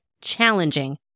challenging